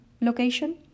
location